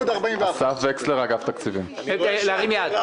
בקשה מס' 07-031